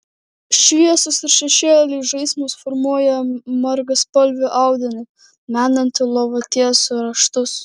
šviesos ir šešėlių žaismas formuoja margaspalvį audinį menantį lovatiesių raštus